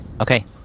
okay